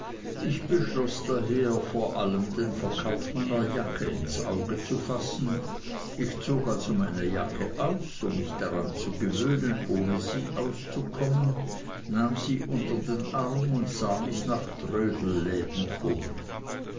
ich beschloß daher vor allem den verkauf meiner jacke ins auge zu fassen ich zog also meine jacke aus um mich daran zu gewöhnen ohne sie auszukommen nahm sie unter den arm und sah mich nach trödlerläden um